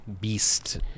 beast